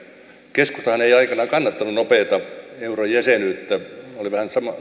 keskustahan ei aikoinaan kannattanut nopeata eurojäsenyyttä oli vähän sama